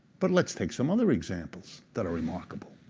but let's take some other examples that are remarkable.